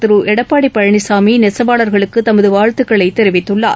திருளடப்பாடிபழனிசாமிநெசவாளர்களுக்குதமதுவாழ்த்துக்களைதெரிவித்துள்ளார்